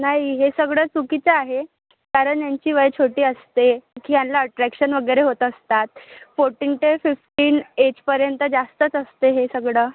नाही हे सगडं चुकीचं आहे कारन यांची वय छोटी असते की ह्यांला अट्रॅक्शन वगरे होत असतात फोर्टीन टे फिफ्टीन एजपर्यंत जास्तच असते हे सगडं